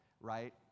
right